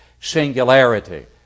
singularity